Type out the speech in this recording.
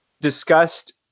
discussed